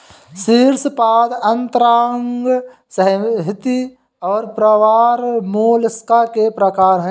शीर्शपाद अंतरांग संहति और प्रावार मोलस्का के प्रकार है